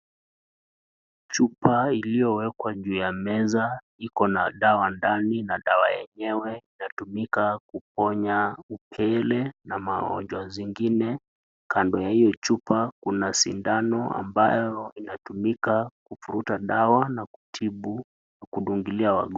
Chupa iliyowekwa juu ya meza ikona dawa ndani, na dawa enyewe inatumika kuponya upele na magonjwa zingine kando ya hiyo, chupa kuna sindano ambayo inatumika kuvuruta dawa na kudungilia wagonjwa.